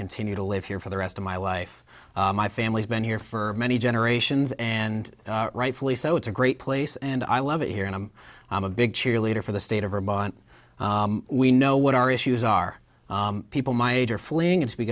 continue to live here for the rest of my life my family's been here for many generations and rightfully so it's a great place and i love it here and i'm a big cheerleader for the state of vermont we know what our issues are people my age are fleeing as we